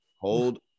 hold